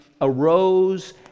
arose